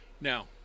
Now